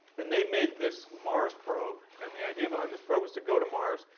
and they made this mars probe. and the idea behind this probe was to go to mars,